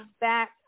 back